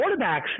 quarterbacks